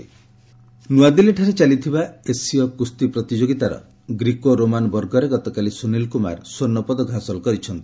Asian wrestling ନୂଆଦିଲ୍ଲୀରେ ଚାଲିଥିବା ଏସୀୟ କୁଞ୍ଜି ପ୍ରତିଯୋଗିତାର ଗ୍ରୀକୋ ରୋମାନ୍ ବର୍ଗରେ ଗତକାଲି ସୁନୀଲ କୁମାର ସ୍ୱର୍ଣ୍ଣପଦକ ହାସଲ କରିଛନ୍ତି